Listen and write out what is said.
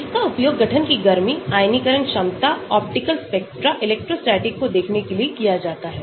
इसका उपयोग गठन की गर्मी आयनीकरण क्षमता ऑप्टिकल स्पेक्ट्रा इलेक्ट्रोस्टैटिक को देखने के लिए किया जाता है